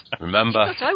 Remember